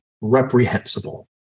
reprehensible